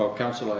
ah counsel, ah